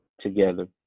together